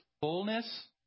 fullness